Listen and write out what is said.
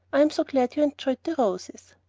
i'm so glad you enjoyed the roses.